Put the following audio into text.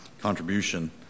contribution